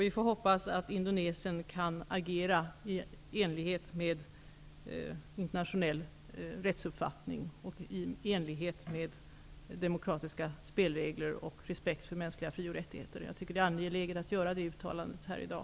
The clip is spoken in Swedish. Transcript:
Vi får hoppas att Indonesien kan agera i enlighet med internationell rättsuppfattning och demokratiska spelregler och med respekt för mänskliga fri och rättigheter. Jag tycker att det är angeläget att göra det uttalandet här i dag.